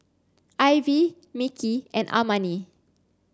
Ivie Mickie and Amani